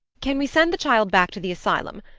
can we send the child back to the asylum?